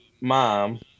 mom